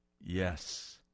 Yes